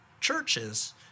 churches